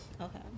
Okay